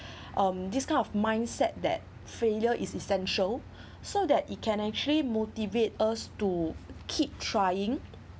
this kind of mindset that failure is essential so that it can actually motivate us to keep trying